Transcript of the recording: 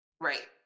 Right